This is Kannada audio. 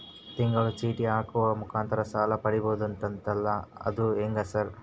ತಿಂಗಳ ಚೇಟಿ ಹಾಕುವ ಮುಖಾಂತರ ಸಾಲ ಪಡಿಬಹುದಂತಲ ಅದು ಹೆಂಗ ಸರ್?